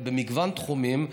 במגוון תחומים,